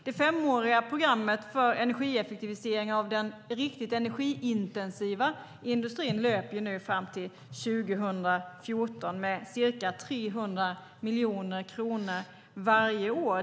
Det femåriga programmet för energieffektivisering av den riktigt energiintensiva industrin löper fram till 2014 med ca 300 miljoner kronor varje år.